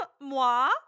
Moi